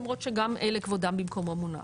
למרות שגם אלה כבודם במקומם מונח,